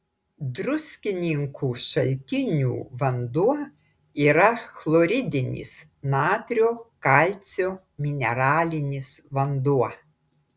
druskininkų šaltinių vanduo yra chloridinis natrio kalcio mineralinis vanduo